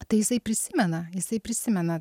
tai jisai prisimena jisai prisimena